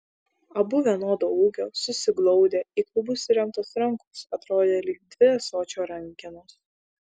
abu vienodo ūgio susiglaudę į klubus įremtos rankos atrodė lyg dvi ąsočio rankenos